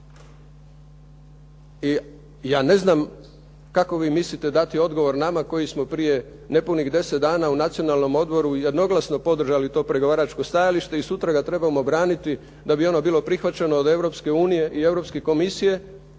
I ja ne znam kako vi mislite dati odgovor nama koji smo prije nepunih 10 dana u Nacionalnom odboru jednoglasno podržali to pregovaračko stajalište i sutra ga trebamo braniti da bi ono bilo prihvaćeno od Europske unije i Europske komisije